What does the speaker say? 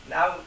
Now